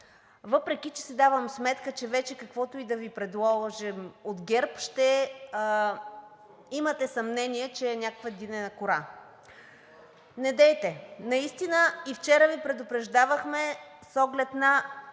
въпреки че си давам сметка, че вече, каквото и да Ви предложим от ГЕРБ, ще имате съмнение, че е някаква динена кора. Недейте! Наистина и вчера Ви предупреждавахме с оглед на